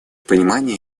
понимания